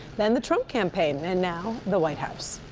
then the trump campaign, and now the white house.